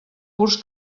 curs